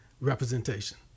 representation